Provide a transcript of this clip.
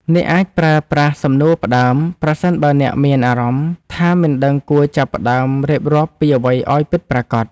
អ្នកអាចប្រើប្រាស់សំណួរផ្ដើម ប្រសិនបើអ្នកមានអារម្មណ៍ថា មិនដឹងគួរចាប់ផ្ដើមរៀបរាប់ពីអ្វីឱ្យពិតប្រាកដ។